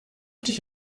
dich